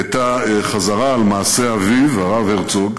היא הייתה חזרה על מעשה אביו, הרב הרצוג,